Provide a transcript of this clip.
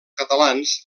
catalans